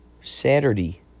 Saturday